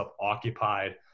occupied